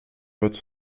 votre